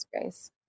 grace